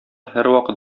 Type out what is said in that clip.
һәрвакыт